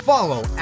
Follow